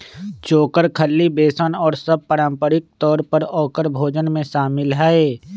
चोकर, खल्ली, बेसन और सब पारम्परिक तौर पर औकर भोजन में शामिल हई